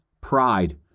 pride